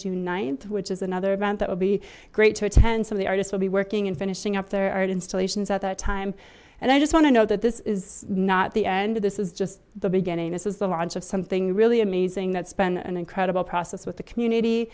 june th which is another event that will be great to attend some of the artists will be working and finishing up their art installations at that time and i just want to note that this is not the end this is just the beginning this is the launch of something really amazing that's been an incredible process with the community